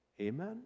Amen